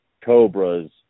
cobras